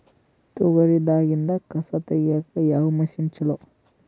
ತೊಗರಿ ದಾಗಿಂದ ಕಸಾ ತಗಿಯಕ ಯಾವ ಮಷಿನ್ ಚಲೋ?